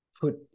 put